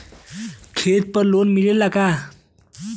खेत पर लोन मिलेला का?